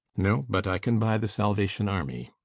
no but i can buy the salvation army.